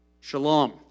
shalom